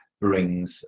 brings